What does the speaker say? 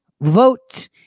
vote